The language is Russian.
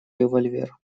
револьвер